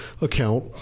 account